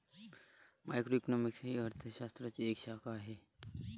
macroeconomics ही अर्थ शास्त्राची एक शाखा आहे